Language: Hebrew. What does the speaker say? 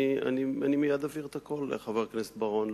אני מייד אבהיר את הכול, חבר הכנסת בר-און.